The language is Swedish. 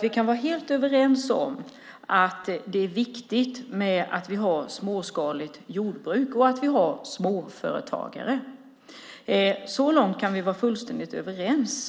Vi kan vara helt överens om att det är viktigt att vi har ett småskaligt jordbruk och att vi har småföretagare. Så långt kan vi vara fullständigt överens.